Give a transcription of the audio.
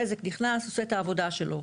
בזק נכנס ועושה את העבודה לו.